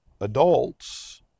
adults